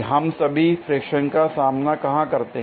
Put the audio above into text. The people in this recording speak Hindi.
हम सभी फ्रिक्शन का सामना कहां करते हैं